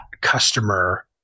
customer